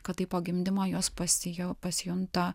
kad tai po gimdymo jos pasiju pasijunta